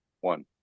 one